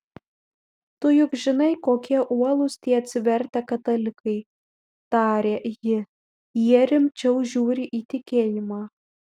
tu juk žinai kokie uolūs tie atsivertę katalikai tarė ji jie rimčiau žiūri į tikėjimą